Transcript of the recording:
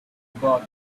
about